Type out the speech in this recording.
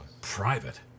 Private